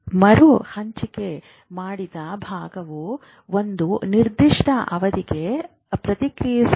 ಮರುಹಂಚಿಕೆ ಮಾಡಿದ ಭಾಗವು ಒಂದು ನಿರ್ದಿಷ್ಟ ಅವಧಿಗೆ ಪ್ರತಿಕ್ರಿಯಿಸುವುದಿಲ್ಲ